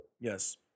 Yes